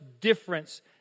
difference